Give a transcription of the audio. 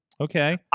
Okay